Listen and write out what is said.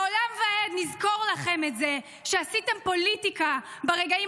לעולם ועד נזכור לכם את זה שעשיתם פוליטיקה ברגעים